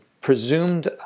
presumed